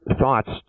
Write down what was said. thoughts